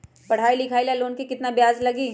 पढाई लिखाई ला लोन के कितना सालाना ब्याज लगी?